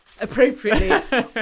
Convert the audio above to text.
appropriately